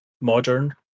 modern